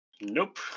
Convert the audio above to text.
Nope